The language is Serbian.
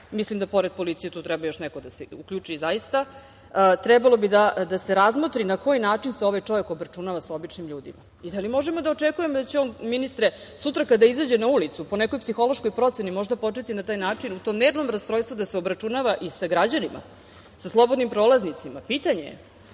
mislim da pored policije tu treba još neko da se uključi, zaista, trebalo bi da se razmotri na koji način se ovaj čovek obračunava sa običnim ljudima. Ministre, da li možemo da očekujemo da će on sutra kada izađe na ulicu, po nekoj psihološkoj proceni, možda početi na taj način, u tom nervnom rastrojstvu, da se obračunava i sa građanima, sa slobodnim prolaznicima, pitanje